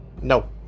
No